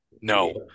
No